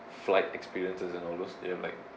flight experiences and all those do you have like